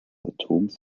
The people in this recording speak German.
atoms